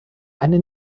eine